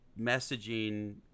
messaging